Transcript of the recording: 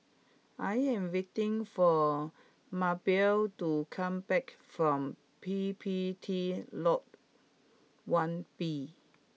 I am waiting for Mabell to come back from P P T Lodge one B